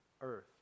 earth